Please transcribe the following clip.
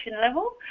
level